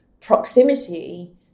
proximity